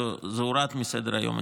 זה הורד מסדר-היום.